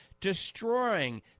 destroying